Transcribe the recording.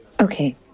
Okay